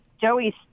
Joey